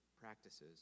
practices